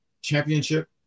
Championship